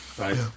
right